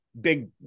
big